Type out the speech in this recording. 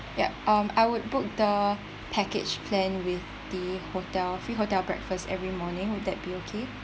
ya um I would book the package plan with the hotel free hotel breakfast every morning would that be okay